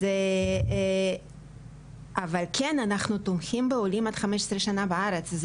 אנחנו כן תומכים בעולים עד 15 שנים לארץ,